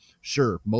Sure